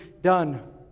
done